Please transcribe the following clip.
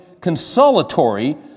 consolatory